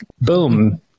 boom